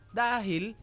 dahil